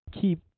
keep